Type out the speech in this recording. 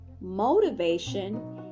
motivation